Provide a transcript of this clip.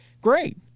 Great